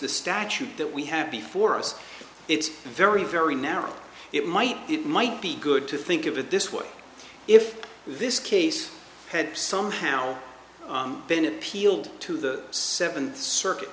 the statute that we have before us it's very very narrow it might it might be good to think of it this way if this case had somehow been appealed to the seventh circuit